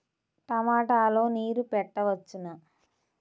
టమాట లో నీరు పెట్టవచ్చునా?